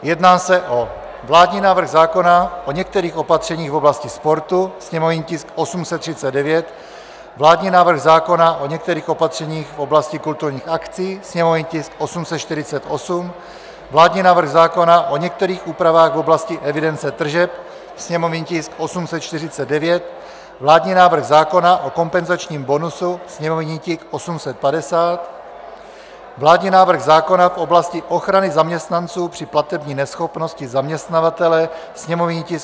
Jedná se o vládní návrh zákona o některých opatřeních v oblasti sportu sněmovní tisk 839; vládní návrh zákona o některých opatřeních v oblasti kulturních akcí sněmovní tisk 848; vládní návrh zákona o některých úpravách v oblasti evidence tržeb sněmovní tisk 849; vládní návrh zákona o kompenzačním bonusu sněmovní tisk 850; vládní návrh zákona v oblasti ochrany zaměstnanců při platební neschopnosti zaměstnavatele sněmovní tisk 851.